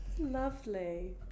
Lovely